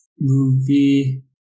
movie